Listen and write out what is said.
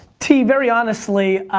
t, very honestly,